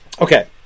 Okay